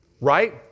Right